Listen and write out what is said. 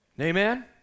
Amen